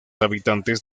habitantes